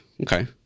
Okay